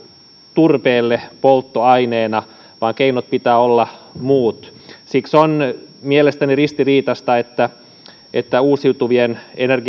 turpeelle polttoaineena vaan keinot pitää olla muut siksi on mielestäni ristiriitaista että että uusiutuvien